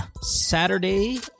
Saturday